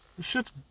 Shit's